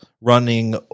running